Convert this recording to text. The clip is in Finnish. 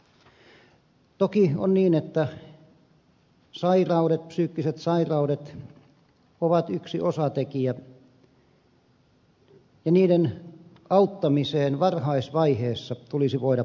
toki on niin että psyykkiset sairaudet ovat yksi osatekijä ja niiden auttamiseen varhaisvaiheessa tulisi voida puuttua